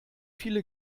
viele